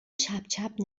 چپچپ